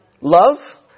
Love